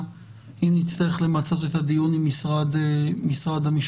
אם נצטרך למצות את הדיון עם משרד המשפטים.